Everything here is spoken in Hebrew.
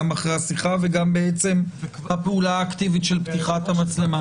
גם אחרי השיחה וגם בעצם בפעולה האקטיבית של פתיחת המצלמה.